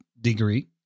degree